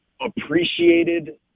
appreciated